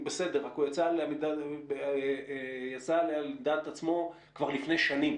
היא בסדר אבל הוא יצא אליה על דעת עצמו כבר לפני שנים